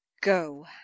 Go